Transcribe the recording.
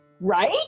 Right